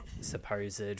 supposed